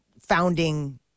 founding